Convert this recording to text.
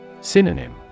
Synonym